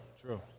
true